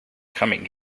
coming